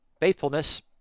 faithfulness